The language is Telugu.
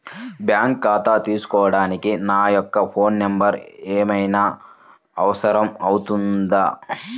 బ్యాంకు ఖాతా తీసుకోవడానికి నా యొక్క ఫోన్ నెంబర్ ఏమైనా అవసరం అవుతుందా?